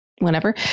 whenever